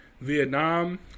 Vietnam